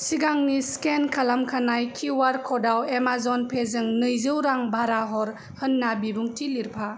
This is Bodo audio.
सिगांनि स्केन खालामखानाय किउआर क'डाव एमाजन पेजों नैजौ रां बारा हर होन्ना बिबुंथि लिरफा